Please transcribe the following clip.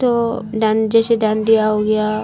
تو ڈان جیسے ڈانڈیا ہو گیا